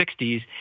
60s